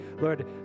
Lord